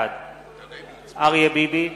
בעד אריה ביבי,